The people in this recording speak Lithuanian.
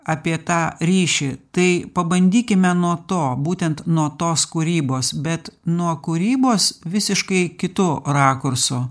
apie tą ryšį tai pabandykime nuo to būtent nuo tos kūrybos bet nuo kūrybos visiškai kitu rakursu